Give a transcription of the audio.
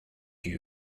you